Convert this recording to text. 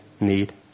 need